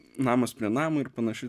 namas prie namo ir panašiai